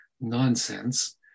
nonsense